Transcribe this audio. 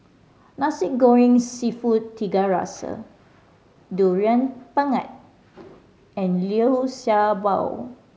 Nasi Goreng Seafood Tiga Rasa Durian Pengat and Liu Sha Bao